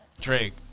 Drake